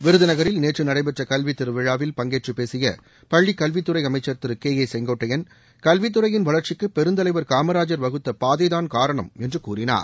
விருதுநகரில் நேற்று நடைபெற்ற கல்வித்திருவிழாவில் பங்கேற்றப்பேசிய பள்ளிக் கல்வித்துறை அமைச்சர் திரு கே ஏ செங்கோட்டையன் கல்வித்துறையின் வளர்ச்சிக்கு பெருந்தலைவர் காமராஜர் வகுத்த பாதை தான் காரணம் என்று கூறினார்